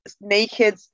naked